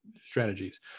strategies